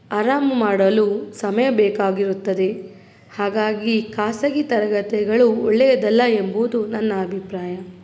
ಆರಾಮ ಮಾಡಲು ಸಮಯ ಬೇಕಾಗಿರುತ್ತದೆ ಹಾಗಾಗಿ ಖಾಸಗಿ ತರಗತಿಗಳು ಒಳ್ಳೆಯದಲ್ಲ ಎಂಬುವುದು ನನ್ನ ಅಭಿಪ್ರಾಯ